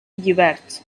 lliberts